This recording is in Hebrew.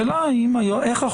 אני שם